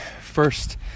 first